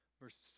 verses